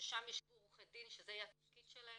ששם ישבו עורכי דין שזה יהיה התפקיד שלהם.